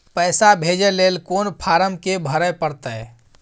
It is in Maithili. पैसा भेजय लेल कोन फारम के भरय परतै?